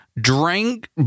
drank